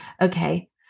Okay